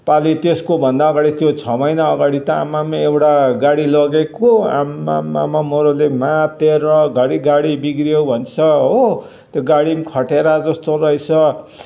पाली त्यसको भन्दा अगाडि त्यो छ महिना अगाडि त आम्मामाम एउटा गाडी लगेको आम्मामामा मोरोले मातेर घरी गाडी बिग्रियो भन्छ हो त्यो गाडी खटेरा जस्तो रहेछ